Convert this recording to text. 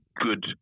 good